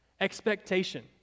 Expectation